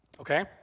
Okay